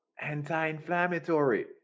Anti-inflammatory